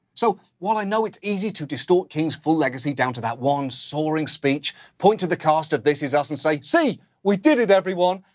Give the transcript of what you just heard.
so while i know it's easy to distort king's full legacy down to that one soaring speech, point to the cast of this is us, and say, see, we did it everyone,